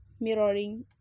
mirroring